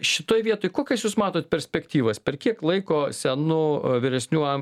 šitoj vietoj kokias jūs matot perspektyvas per kiek laiko senų vyresnių am